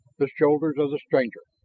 the shoulders of the stranger.